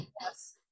Yes